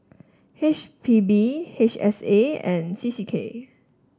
H P B H S A and C C K